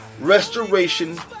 restoration